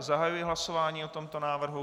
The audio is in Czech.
Zahajuji hlasování o tomto návrhu.